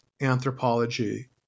anthropology